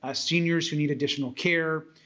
ah seniors who need additional care,